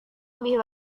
lebih